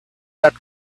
that